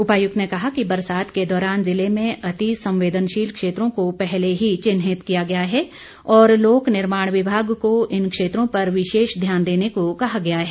उपायुक्त ने कहा कि बरसात के दौरान ज़िले में अति संवेदनशील क्षेत्रों को पहले ही चिन्हित किया गया है और लोक निर्माण विभाग को इन क्षेत्रों पर विशेष ध्यान देने को कहा गया है